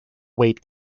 weight